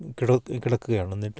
കിടക്കുകയാണ് എന്നിട്ട്